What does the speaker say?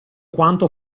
quanto